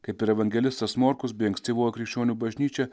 kaip ir evangelistas morkus bei ankstyvoji krikščionių bažnyčia